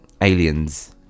aliens